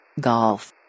Golf